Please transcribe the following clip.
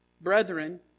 brethren